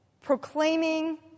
proclaiming